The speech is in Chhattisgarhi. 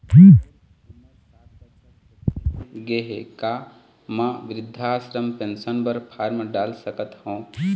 मोर उमर साठ बछर होथे गए हे का म वृद्धावस्था पेंशन पर फार्म डाल सकत हंव?